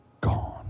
gone